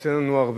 יוצא לנו הרבה,